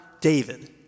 David